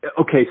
okay